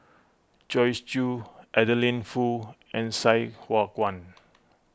Joyce Jue Adeline Foo and Sai Hua Kuan